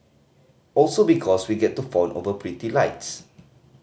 also because we get to fawn over pretty lights